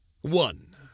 One